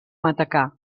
matacà